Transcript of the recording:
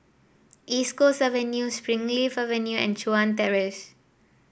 East Coast Avenue Springleaf Avenue and Chuan Terrace